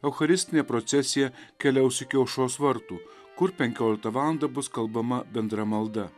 eucharistinė procesija keliaus iki aušros vartų kur penkioliktą valandą bus kalbama bendra malda